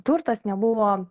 turtas nebuvo